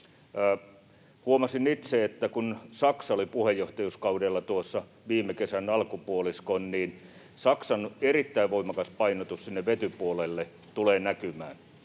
polttoaineista. Kun Saksalla oli puheenjohtajuus tuossa viime kesän alkupuoliskon, niin huomasin itse, että Saksan erittäin voimakas painotus sinne vetypuolelle tulee näkymään.